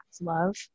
love